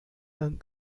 and